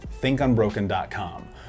thinkunbroken.com